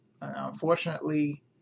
Unfortunately